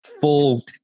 full